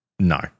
No